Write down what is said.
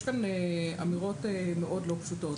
יש כאן אמירות מאוד לא פשוטות.